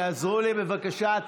תעזרו לי בבקשה,